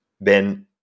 Ben